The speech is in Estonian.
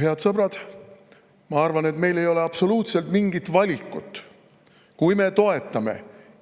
Head sõbrad, ma arvan, et meil ei ole absoluutselt mingit valikut. Kui me toetame